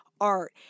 art